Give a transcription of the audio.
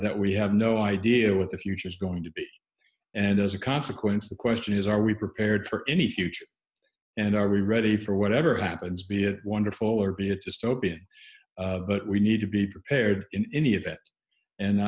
that we have no idea what the future is going to be and as a consequence the question is are we prepared for any future and are we ready for whatever happens be a wonderful or be it just open but we need to be prepared in any event